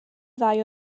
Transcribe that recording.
ddau